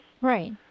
Right